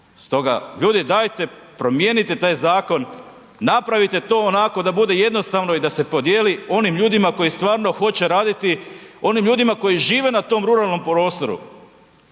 Stoga, ljudi, dajte promijenite taj zakon, napravite to onako da bude jednostavno i da se podijeli onim ljudima koji stvarno hoće raditi, onim ljudima koji žive na tom ruralnom prostoru.